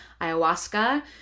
ayahuasca